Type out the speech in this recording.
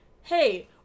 Hey